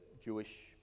Jewish